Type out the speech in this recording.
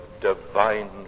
divine